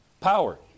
Power